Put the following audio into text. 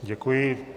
Děkuji.